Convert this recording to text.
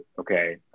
okay